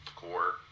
core